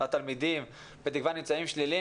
התלמידים נמצאים שליליים.